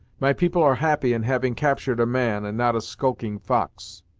my people are happy in having captured a man, and not a skulking fox.